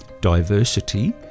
diversity